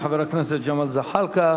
תודה לחבר הכנסת ג'מאל זחאלקה.